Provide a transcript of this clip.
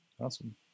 Awesome